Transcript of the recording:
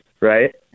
right